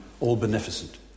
all-beneficent